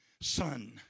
son